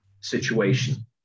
situation